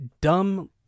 dumb